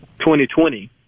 2020